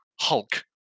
Hulk